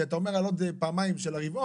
כי אתה אומר על עוד פעמיים של הרבעון,